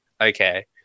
Okay